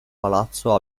palazzo